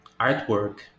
artwork